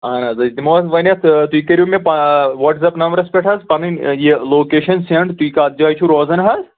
اہَن حظ أسۍ دِمو اَتھ وۅنۍ اَتھ تُہۍ کٔرِو مےٚ پا وَٹٕس اَپ نمبرَس پیٚٹھ حظ پَنٕنۍ یہِ لوکیشَن سینٛڈ تُہۍ کَتھ جایہِ چھُ روزان حظ